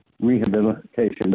rehabilitation